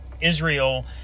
Israel